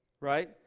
right